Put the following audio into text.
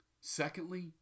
Secondly